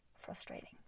frustrating